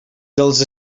dels